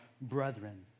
brethren